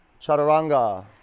chaturanga